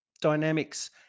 dynamics